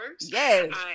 Yes